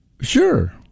Sure